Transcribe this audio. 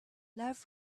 love